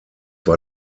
war